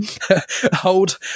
hold